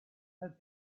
had